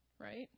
right